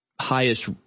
highest